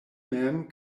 mem